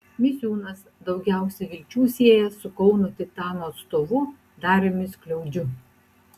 misiūnas daugiausia vilčių sieja su kauno titano atstovu dariumi skliaudžiu